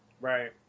right